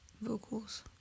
vocals